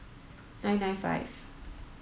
nine nine five